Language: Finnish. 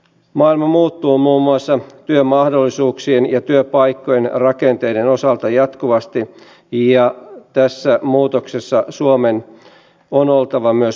maailma muuttuu muun muassa työmahdollisuuksien ja työpaikkojen rakenteiden osalta jatkuvasti ja tässä muutoksessa suomen on oltava myös mukana